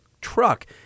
truck